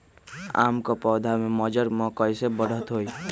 आम क पौधा म मजर म कैसे बढ़त होई?